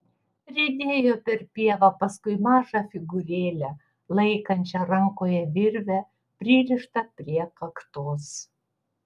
riedėjo per pievą paskui mažą figūrėlę laikančią rankoje virvę pririštą prie kaktos